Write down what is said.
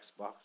Xbox